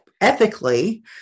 ethically